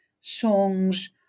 songs